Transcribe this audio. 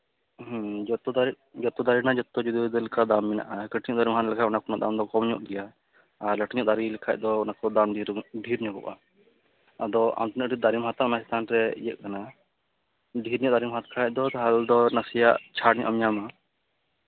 ᱦᱮᱸ ᱡᱚᱛᱚ ᱫᱟᱨᱮ ᱡᱚᱛᱚ ᱫᱟᱨᱮ ᱨᱮᱱᱟᱜ ᱡᱚᱛᱚ ᱡᱩᱫᱟᱹ ᱡᱩᱫᱟᱹ ᱞᱮᱠᱟ ᱫᱟᱢ ᱢᱮᱱᱟᱜᱼᱟ ᱠᱟᱹᱴᱤᱡ ᱫᱟᱨᱮᱢ ᱦᱟᱛᱟᱣ ᱞᱮᱠᱷᱟᱱ ᱚᱱᱟ ᱠᱚᱨᱮᱱᱟᱜ ᱫᱟᱢ ᱫᱚ ᱠᱚᱢ ᱧᱚᱜ ᱜᱮᱭᱟ ᱟᱨ ᱞᱟᱹᱴᱩ ᱧᱚᱜ ᱫᱟᱨᱮ ᱞᱮᱠᱷᱟᱱ ᱫᱚ ᱚᱱᱟ ᱠᱚ ᱨᱮᱭᱟᱜ ᱫᱟᱢ ᱰᱷᱮᱨᱚᱜ ᱰᱷᱮᱨ ᱧᱚᱜᱚᱜᱼᱟ ᱟᱫᱚ ᱟᱢ ᱛᱤᱱᱟᱹᱜ ᱰᱷᱮᱨ ᱫᱟᱨᱮᱢ ᱦᱟᱛᱟᱣᱟ ᱚᱱᱟ ᱪᱮᱛᱟᱱ ᱨᱮ ᱤᱭᱟᱹᱜ ᱠᱟᱱᱟ ᱰᱷᱮᱨ ᱧᱚᱜ ᱫᱟᱨᱮᱢ ᱦᱟᱛᱟᱣ ᱠᱷᱟᱱ ᱫᱚ ᱛᱟᱦᱚᱞᱮ ᱫᱚ ᱱᱟᱥᱮᱭᱟᱜ ᱪᱷᱟᱲ ᱧᱚᱜ ᱮᱢ ᱧᱟᱢᱟ